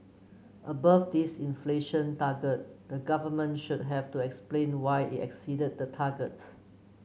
above this inflation target the government should have to explain why it exceeded the target